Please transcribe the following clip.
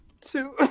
Two